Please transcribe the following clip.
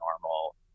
normal